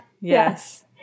Yes